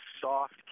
soft